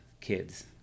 kids